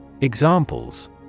Examples